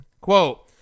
Quote